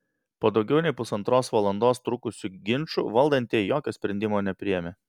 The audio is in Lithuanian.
po daugiau nei pusantros valandos trukusių ginčų valdantieji jokio sprendimo nepriėmė